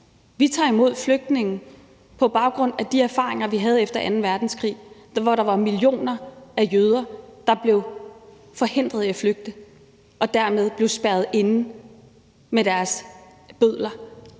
Vi tager imod flygtninge på baggrund af de erfaringer, vi havde efter anden verdenskrig, hvor der var millioner af jøder, der blev forhindret i at flygte og dermed blev spærret inde med deres bødler.